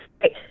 great